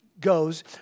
goes